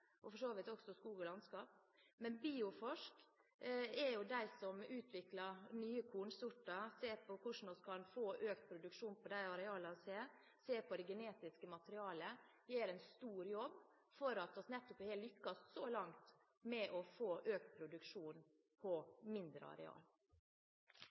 og for så vidt også Skog og landskap, men Bioforsk er de som utvikler nye kornsorter, ser på hvordan vi kan få økt produksjon på de arealene vi har, ser på det genetiske materialet og gjør en stor jobb med tanke på at vi nettopp har lyktes så langt med å få økt produksjon på